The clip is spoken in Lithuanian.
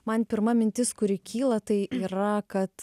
man pirma mintis kuri kyla tai yra kad